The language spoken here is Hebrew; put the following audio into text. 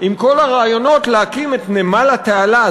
עם כל הרעיונות להקים את נמל התעלה.